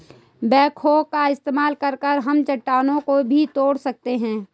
backhoe का इस्तेमाल कर हम चट्टानों को भी तोड़ सकते हैं